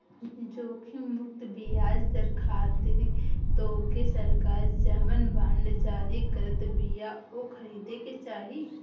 जोखिम मुक्त बियाज दर खातिर तोहके सरकार जवन बांड जारी करत बिया उ खरीदे के चाही